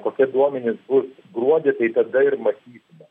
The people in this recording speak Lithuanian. kokie duomenys bus gruodį tai tada ir matysime